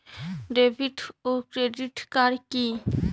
David ও credit card কি?